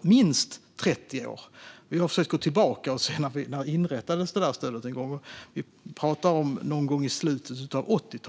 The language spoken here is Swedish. minst 30 år. Jag har försökt gå tillbaka och se när stödet inrättades en gång i tiden, och vi pratar någon gång i slutet av 80talet.